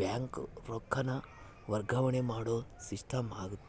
ಬ್ಯಾಂಕಿಗೆ ರೊಕ್ಕಾನ ವರ್ಗಾವಣೆ ಮಾಡೋ ಸಿಸ್ಟಮ್ ಆಗೆತೆ